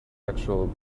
actual